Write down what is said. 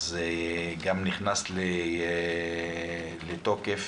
נכנס לתוקף